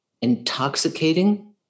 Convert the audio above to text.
intoxicating